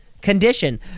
condition